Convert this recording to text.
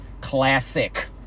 classic